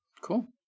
Cool